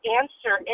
answer